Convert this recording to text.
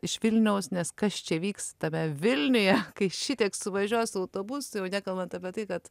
iš vilniaus nes kas čia vyks tame vilniuje kai šitiek suvažiuos autobusų jau nekalbant apie tai kad